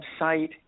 website